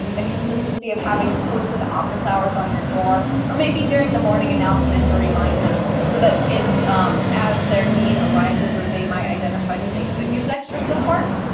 the consistency of having posted office hours on your door, or maybe during the morning announcements or reminders, so that kids as their need arises, or they might identify that they could use extra supports,